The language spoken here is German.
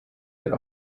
der